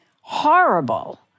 horrible